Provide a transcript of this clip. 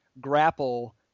grapple